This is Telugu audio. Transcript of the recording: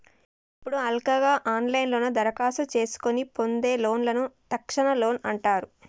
ఇప్పుడు హల్కగా ఆన్లైన్లోనే దరఖాస్తు చేసుకొని పొందే లోన్లను తక్షణ లోన్ అంటారు